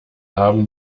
haben